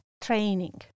training